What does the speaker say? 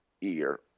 ear